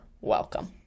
Welcome